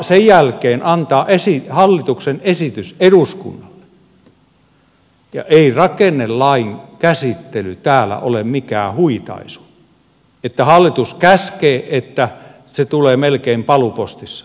sen jälkeen pitää antaa hallituksen esitys eduskunnalle eikä rakennelain käsittely täällä ole mikään huitaisu että hallitus käskee että se tulee melkein paluupostissa